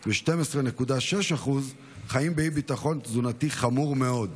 ו-12.6% חיים באי-ביטחון תזונתי חמור מאוד.